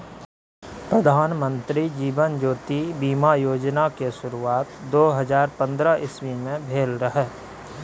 प्रधानमंत्री जीबन ज्योति बीमा योजना केँ शुरुआत दु हजार पंद्रह इस्बी मे भेल रहय